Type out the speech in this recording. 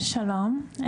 שלום,